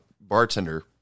bartender